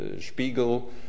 Spiegel